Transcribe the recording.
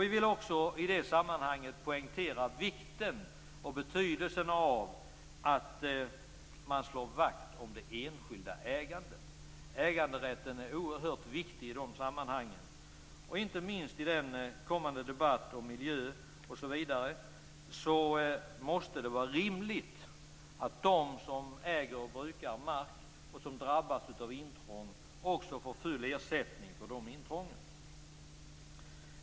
Jag vill också poängtera vikten och betydelsen av att man slår vakt om det enskilda ägandet. Äganderätten är oerhört viktig i detta sammanhang. Inte minst i den kommande debatten om miljö måste det vara en rimlig utgångspunkt att de som äger och brukar mark och som drabbas av intrång också får full ersättning för dessa intrång.